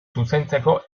zuzentzeko